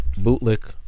bootlick